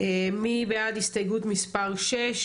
ההסתייגות נפלה.